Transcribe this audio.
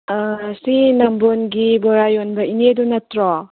ꯁꯤ ꯅꯝꯕꯣꯜꯒꯤ ꯕꯣꯔꯥ ꯌꯣꯟꯕ ꯏꯅꯦꯗꯨ ꯅꯠꯇ꯭ꯔꯣ